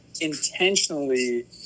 intentionally